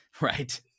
Right